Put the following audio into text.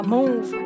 Move